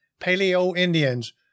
Paleo-Indians